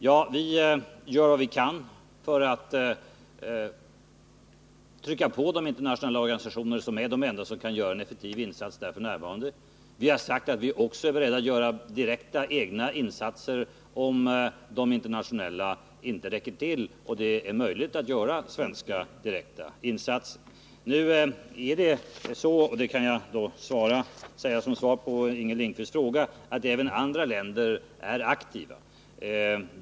Ja, vi gör vad vi kan för att trycka på de internationella organisationerna, som är de enda som kan göra en effektiv insats där f. n. Vi har sagt att vi också är beredda att göra direkta egna insatser, om de internationella inte räcker till och om det är möjligt att göra direkta svenska insatser. Nu är det så — det kan jag säga som svar på Inger Lindquists fråga — att även andra länder är aktiva.